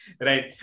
right